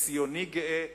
וציוני גאה,